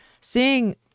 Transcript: seeing